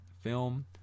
film